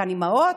חלקן אימהות,